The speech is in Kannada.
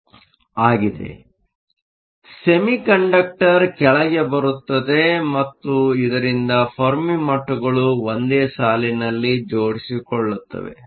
ಆದ್ದರಿಂದ ಸೆಮಿಕಂಡಕ್ಟರ್ ಕೆಳಗೆ ಬರುತ್ತದೆ ಮತ್ತು ಇದರಿಂದ ಫೆರ್ಮಿ ಮಟ್ಟಗಳು ಒಂದೇ ಸಾಲಿನಲ್ಲಿ ಜೋಡಿಸಿಕೊಳ್ಳುತ್ತವೆ